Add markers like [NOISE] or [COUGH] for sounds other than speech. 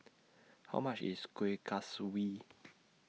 How much IS Kuih Kaswi [NOISE]